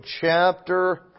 chapter